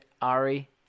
Ari